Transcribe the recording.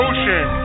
Ocean